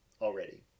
already